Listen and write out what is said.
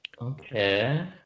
Okay